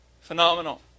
phenomenal